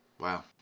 Wow